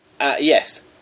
Yes